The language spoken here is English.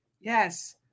Yes